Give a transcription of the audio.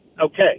okay